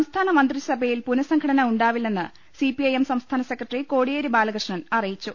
സംസ്ഥാന മന്ത്രിസഭയിൽ പുനഃസംഘടന ഉണ്ടാവി ല്ലെന്ന് സി പി ഐ എം സംസ്ഥാന സെക്ര ട്ടറി കോടിയേരി ബാലകൃഷ്ണൻ അറിയിച്ചു